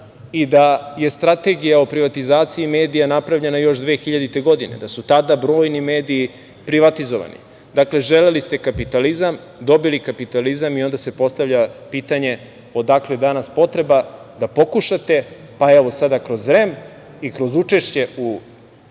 i da je strategija o privatizaciji medija napravljena još 2000. godine. Tada su brojni mediji privatizovani. Dakle, želeli ste kapitalizam, dobili ste kapitalizam i onda se postavlja pitanje – odakle danas potreba da pokušate, pa evo sada i kroz REM i kroz učešće u